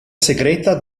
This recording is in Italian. segreta